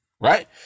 Right